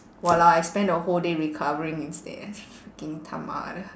!walao! I spend the whole day recovering instead eh it's freaking 他妈的